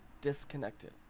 disconnected